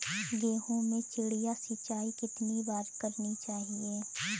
गेहूँ में चिड़िया सिंचाई कितनी बार करनी चाहिए?